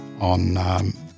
on